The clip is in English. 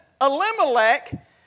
Elimelech